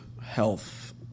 health